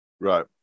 Right